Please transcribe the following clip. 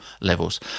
levels